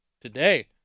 today